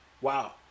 wow